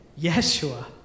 Yeshua